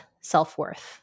self-worth